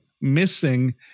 missing